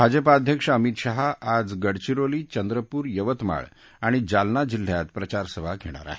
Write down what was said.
भाजपाअध्यक्ष अमित शहा आज गडघिरोली चंद्रपूर यक्तमाळ आणि जालना जिल्ह्यात प्रचारसभा घेणार आहेत